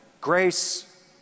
grace